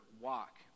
walk